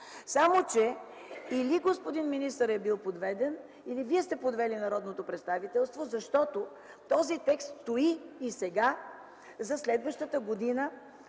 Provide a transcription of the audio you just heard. Само че или господин министърът е бил подведен, или Вие сте подвели народното представителство, защото този текст стои и сега, за следващата година